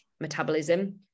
metabolism